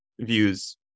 views